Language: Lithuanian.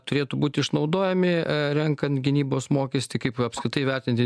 turėtų būti išnaudojami renkant gynybos mokestį kaip apskritai vertinti